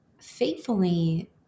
faithfully